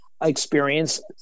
Experience